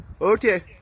Okay